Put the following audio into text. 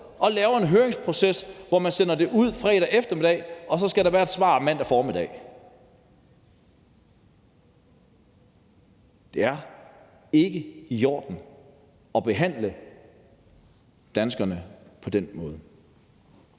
og laver en høringsproces, hvor man sender det ud fredag eftermiddag, og så skal der være et svar mandag formiddag. Det er ikke i orden at behandle danskerne på den måde.